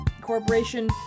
corporation